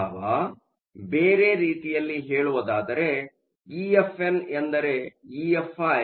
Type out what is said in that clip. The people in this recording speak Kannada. ಅಥವಾ ಬೇರೆ ರೀತಿಯಲ್ಲಿ ಹೇಳುವುದಾದರೆ EFn ಎಂದರೆ EFi 0